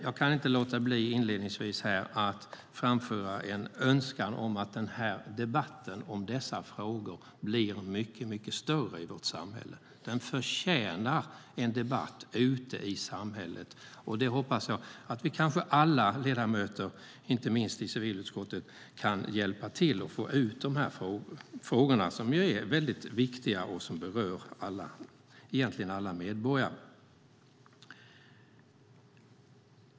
Jag kan inte låta bli att inledningsvis framföra en önskan om att debatten om dessa frågor blir mycket större i vårt samhälle. De förtjänar en debatt ute i samhället, och jag hoppas att kanske alla ledamöter, inte minst i civilutskottet, kan hjälpa till att få ut dessa frågor. De är väldigt viktiga och berör egentligen alla medborgare.